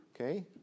Okay